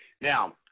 Now